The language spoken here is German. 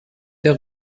der